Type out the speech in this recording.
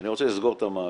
אני רוצה לסגור את המעגל.